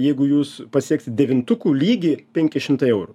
jeigu jūs pasieksit devintukų lygį penki šimtai eurų